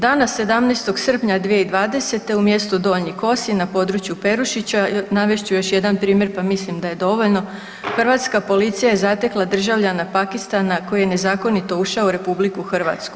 Dana 17. srpnja 2020. u mjestu Donji Kosi na području Perušića, navest ću još jedan primjer pa mislim da je dovoljno, hrvatska policija je zatekla državljana Pakistana koji je nezakonito ušao u RH.